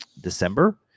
December